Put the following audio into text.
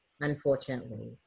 unfortunately